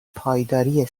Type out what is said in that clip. پایداری